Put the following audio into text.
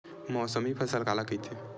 मौसमी फसल काला कइथे?